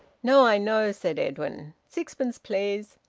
no, i know, said edwin. sixpence, please.